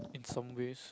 in some ways